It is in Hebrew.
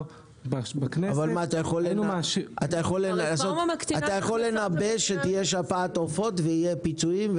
בכנסת -- אתה יכול לנבא שתהיה שפעת עופות ויהיו פיצויים?